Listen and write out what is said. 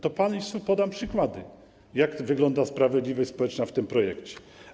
To państwu podam przykłady, jak wygląda sprawiedliwość społeczna w tym projekcie.